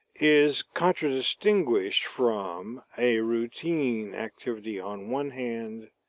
is contradistinguished from a routine activity on one hand,